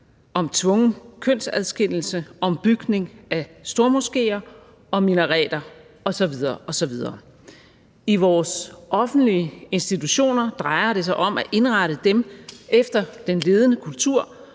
om tvungen kønsadskillelse, om bygning af stormoskéer og minareter osv. osv. I vores offentlige institutioner drejer det sig om at indrette dem efter den ledende kultur